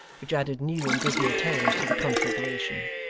which added new and dismal terrors to the conflagration.